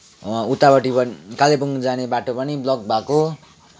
उतापट्टि कालिम्पोङ जाने बाटो पनि ब्लक भएको